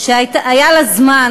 שהיה לה זמן,